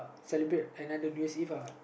celebrate another New Year's Eve lah